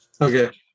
okay